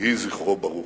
יהי זכרו ברוך.